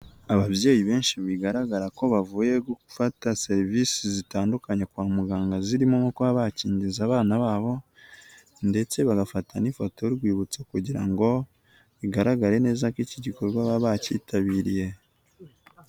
Ababyeyi benshi bigaragara ko bavuye gufata serivisi zitandukanye kwa muganga zirimo nko kuba bakingiza abana babo ndetse bagafata n'ifoto y'urwibutso kugira ngo bigaragare neza ko iki gikorwa baba bacyitabiriye.